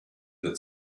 that